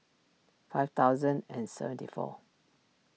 five thousand and seventy four